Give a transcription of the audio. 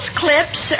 clips